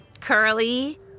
Curly